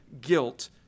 guilt